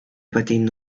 patir